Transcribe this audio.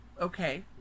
okay